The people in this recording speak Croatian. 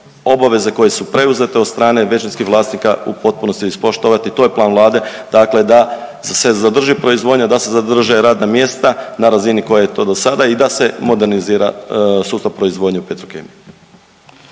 obaveze koje su preuzete od strane većinskih vlasnika u potpunosti ispoštovati. To je plan Vlade, dakle da se zadrži proizvodnja, da se zadrže radna mjesta na razini koja je to do sada i da se modernizira sustava proizvodnje u Petrokemiji.